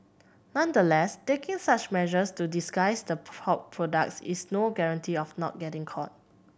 nonetheless taking such measures to disguise the pork products is no guarantee of not getting caught